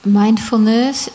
mindfulness